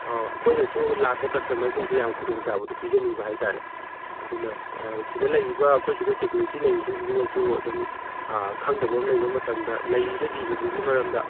ꯑꯥ ꯑꯩꯈꯣꯏꯅꯁꯨ ꯂꯥꯛꯄ ꯀꯁꯇꯃꯔꯁꯤꯡꯁꯤ ꯌꯥꯝ ꯈꯨꯗꯣꯡ ꯆꯥꯕꯗꯨ ꯄꯤꯖꯅꯤꯡꯕ ꯍꯥꯏꯇꯔꯦ ꯑꯗꯨꯅ ꯁꯤꯗ ꯂꯩꯔꯤꯕ ꯑꯩꯈꯣꯏ ꯁꯤꯗ ꯁꯦꯀꯨꯔꯤꯇꯤ ꯂꯩꯔꯤꯁꯤꯡꯁꯤꯅꯁꯨ ꯑꯗꯨꯝ ꯈꯪꯗꯕ ꯑꯃ ꯂꯩꯕ ꯃꯇꯝꯗ ꯂꯩꯔꯤꯕ ꯖꯤꯕꯁꯤꯒꯤ ꯃꯔꯝꯗ